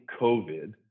COVID